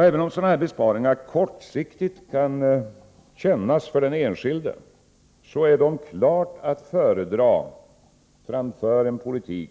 Även om sådana besparingar kortsiktigt kan kännas för den enskilde, är de klart att föredra framför en politik